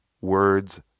words